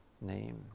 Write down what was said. name